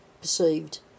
perceived